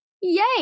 Yay